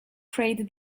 freight